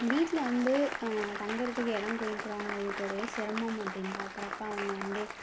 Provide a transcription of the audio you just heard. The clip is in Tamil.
வீட்டில் வந்து தங்குறத்துக்கு இடம் கொடுக்குறவங்குடைய சிரமம் அப்டினு பார்க்குறப்ப அவங்க வந்து